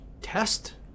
test